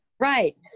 Right